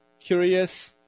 curious